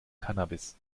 cannabis